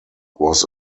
was